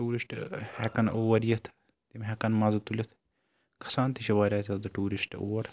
tourist ہیٚکَن اور یِتھ تِم ہیٚکَن مَزٕ تُلِتھ گَژھان تہِ چھِ واریاہ زیادٕ ٹوٗرسٹہٕ اور